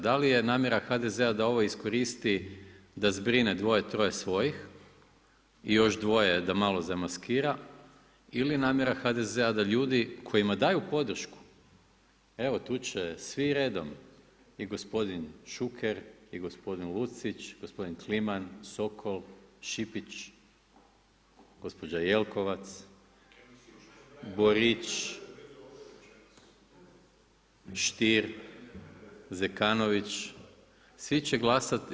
Da li je namjera HDZ-a da ovo iskoristi da zbrine dvoje, troje svojih i još dvoje da malo zamaskira ili je namjera HDZ-a da ljudi kojima daju podršku evo tu će svi redom i gospodin Šuker i gospodin Lucić, gospodin Kliman, Sokol, Šipić, gospođa Jelkovac, Borić, Stier, Zekanović svi će glasati.